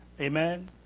Amen